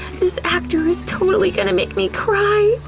this actor is totally gonna make me cry!